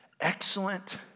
excellent